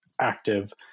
active